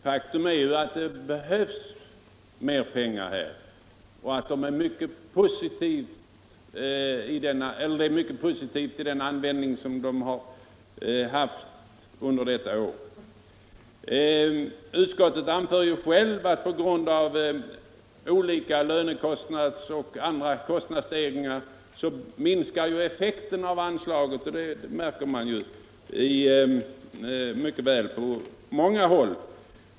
Faktum är att det behövs mer pengar här och att anvisade medel kommit till mycket positiv användning under det år de disponerats. Utskottet anför självt att effekterna av anslagen minskar på grund av olika kostnadsstegringar och det märker man ju mycket väl på många håll.